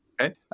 Okay